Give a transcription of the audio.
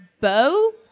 bow